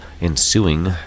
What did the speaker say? ensuing